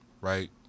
Right